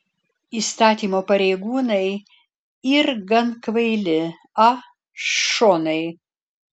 įstatymo pareigūnai yr gan kvaili a šonai